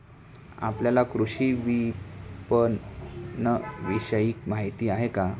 आपल्याला कृषी विपणनविषयी माहिती आहे का?